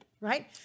right